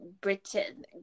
Britain